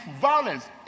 violence